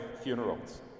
funerals